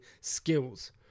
skills